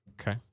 okay